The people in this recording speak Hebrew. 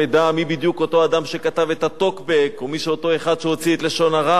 מי בדיוק אותו אדם שכתב את הטוקבק ומי אותו אחד שהוציא את לשון הרע,